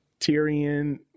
Tyrion